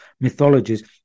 mythologies